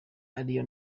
ariyo